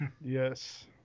yes